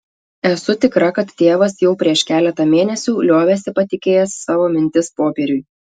esu tikra kad tėvas jau prieš keletą mėnesių liovėsi patikėjęs savo mintis popieriui